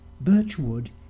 Birchwood